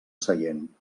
seient